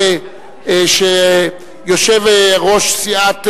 משום שיושב-ראש סיעת